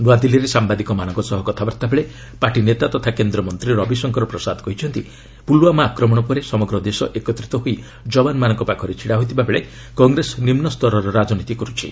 ନୂଆଦିଲ୍ଲୀରେ ସାମ୍ବାଦିକମାନଙ୍କ ସହ କଥାବାର୍ତ୍ତା ବେଳେ ପାର୍ଟି ନେତା ତଥା କେନ୍ଦ୍ର ମନ୍ତ୍ରୀ ରବିଶଙ୍କର ପ୍ରସାଦ କହିଛନ୍ତି ପୁଲୱାମା ଆକ୍ରମଣ ପରେ ସମଗ୍ର ଦେଶ ଏକତ୍ରିତ ହୋଇ ଯବାନମାନଙ୍କ ପାଖରେ ଛିଡ଼ା ହୋଇଥିବା ବେଳେ କଂଗ୍ରେସ ନିମ୍ନ ସ୍ତରର ରାଜନୀତି କରୁଛି